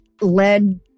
led